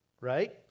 right